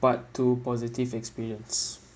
part two positive experience